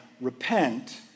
Repent